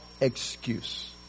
excuse